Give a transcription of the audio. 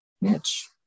Mitch